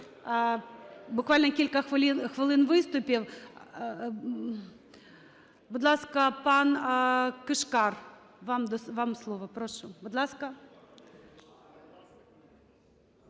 буквально хвилин виступів. Будь ласка, пан Кишкар, вам слово. Прошу, будь ласка.